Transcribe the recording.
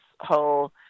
whole